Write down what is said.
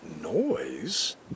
noise